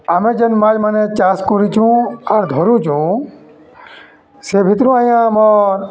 ଆମେ ଯେନ୍ ମାଛ୍ ମାନେ ଚାଷ କରିଛୁଁ ଆର୍ ଧରୁଛୁଁ ସେ ଭିତ୍ରୁ ଆଜ୍ଞା ଆମର୍